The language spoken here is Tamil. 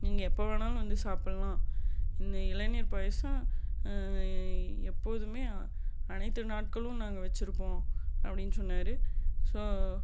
நீங்கள் எப்போது வேணாலும் வந்து சாப்பிடலாம் இந்த இளநீர் பாயசம் எப்போதுமே அனைத்து நாட்களும் நாங்கள் வச்சிருப்போம் அப்படின்னு சொன்னார் ஸோ